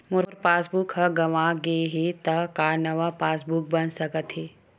मोर passbook ह गंवा गे हे त का नवा पास बुक बन सकथे?